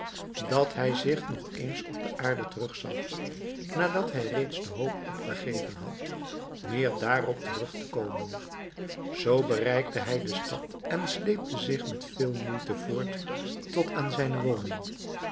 dat hij zich nog eens op de aarde terugzag nadat hij reeds de hoop opgegeven had meer daarop terug te komen zoo bereikte hij de stad en sleepte zich met veel moeite voort tot aan zijn woning